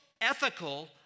ethical